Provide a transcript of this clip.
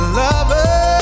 lover